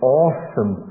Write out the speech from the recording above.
awesome